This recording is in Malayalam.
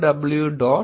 twitter